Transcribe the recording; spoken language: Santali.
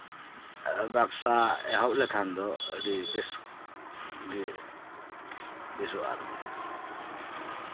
ᱵᱮᱵᱥᱟ ᱮᱦᱚᱵ ᱞᱮᱠᱷᱟᱱ ᱫᱚ ᱟᱹᱰᱤ ᱵᱮᱥ ᱜᱮ ᱦᱩᱭᱩᱜᱼᱟ ᱟᱨᱠᱤ